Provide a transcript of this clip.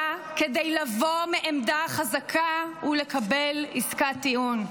כדי לבוא מעמדה חזקה ולקבל עסקת טיעון.